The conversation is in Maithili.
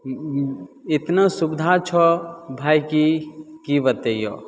एतना सुविधा छौ भाइ कि कि बतैअऽ